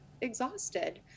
exhausted